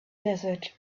desert